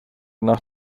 nach